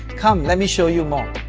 come, let me show you more!